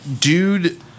dude